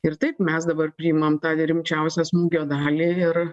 ir taip mes dabar priimam tą rimčiausią smūgio dalį ir